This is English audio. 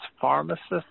pharmacists